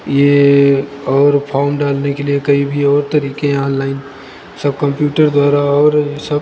यह और फॉर्म डालने के लिए कई भी और तरीके हैं ऑनलाइन सब कम्प्यूटर द्वारा और सब